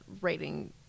writing